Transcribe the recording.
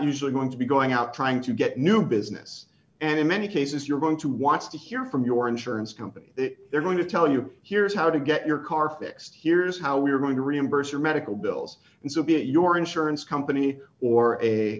usually going to be going out trying to get new business and in many cases you're going to want to hear from your insurance company they're going to tell you here's how to get your car fixed here's how we're going to reimburse your medical bills and so be it your insurance company or a